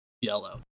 yellow